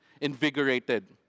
invigorated